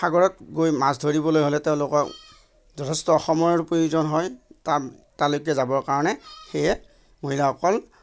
সাগৰত গৈ মাছ ধৰিবলৈ হ'লে তেওঁলোকক যথেষ্ট সময়ৰ প্ৰয়োজন হয় তাত তালৈকে যাবৰ কাৰণে সেয়ে মহিলাসকল